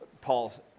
Paul's